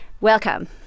Welcome